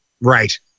Right